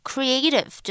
Creative